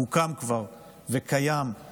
על שם חיים הרצוג כבר הוקם וקיים בלטרון.